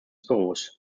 büros